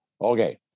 Okay